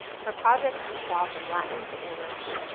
her projects seesaw from latin to english,